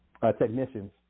technicians